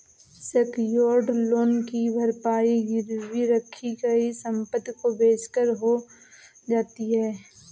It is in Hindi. सेक्योर्ड लोन की भरपाई गिरवी रखी गई संपत्ति को बेचकर हो जाती है